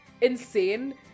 insane